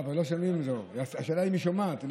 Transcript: השאלה אם היא שומעת.